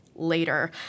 later